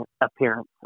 appearance